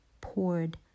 poured